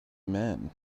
men